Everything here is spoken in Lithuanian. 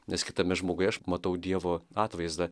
nes kitame žmoguje aš matau dievo atvaizdą